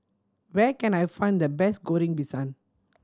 where can I find the best Goreng Pisang